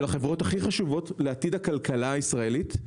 החברות הכי חשובות לעתיד הכלכלה הישראלית.